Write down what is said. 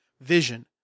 vision